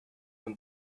and